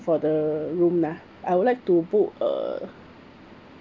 for the room lah I would like to book uh